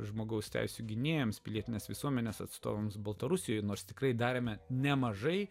žmogaus teisių gynėjams pilietinės visuomenės atstovams baltarusijoje nors tikrai darėme nemažai